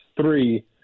three